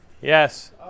Yes